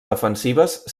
defensives